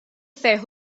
ferħ